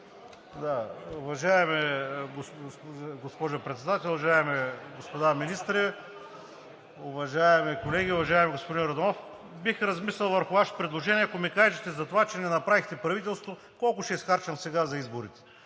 Уважаема госпожо Председател, уважаеми господа министри, уважаеми колеги! Уважаеми господин Йорданов, бих размислил върху Вашето предложение, ако ми кажете за това, че не направихте правителство, колко ще изхарчим сега за изборите?